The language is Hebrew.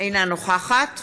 אינה נוכחת